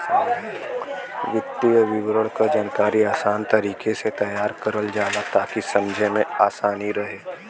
वित्तीय विवरण क जानकारी आसान तरीके से तैयार करल जाला ताकि समझे में आसानी रहे